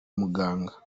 muganga